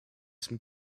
some